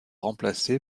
remplacé